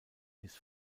his